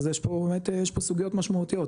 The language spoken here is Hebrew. יש פה באמת סוגיות משמעותיות,